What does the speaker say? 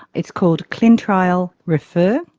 it's called clintrial refer,